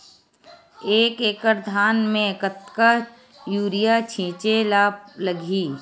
एक एकड़ धान में कतका यूरिया छिंचे ला लगही?